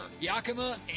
Yakima